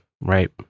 right